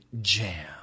jam